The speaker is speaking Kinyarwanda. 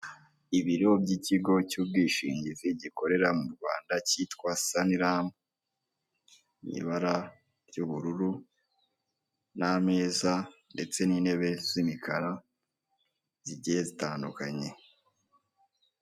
Ahangaha biragaragara ko ushobora gutunga apurikasiyo ya ekwiti banki muri telefoni, maze ukajya uyifashisha mu bikorwa ushaka gukoresha konti yawe haba kohereza amafaranga, kubitsa, kubikuza n'ibindi.